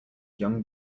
young